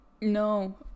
No